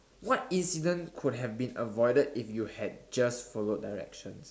what incident could have been avoided if you had just followed directions